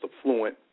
affluent